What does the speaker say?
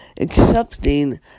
accepting